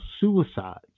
suicides